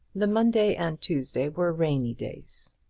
the monday and tuesday were rainy days,